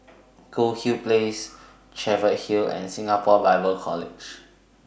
Goldhill Place Cheviot Hill and Singapore Bible College